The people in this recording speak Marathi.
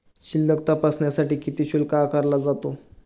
शिल्लक तपासण्यासाठी किती शुल्क आकारला जातो?